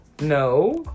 no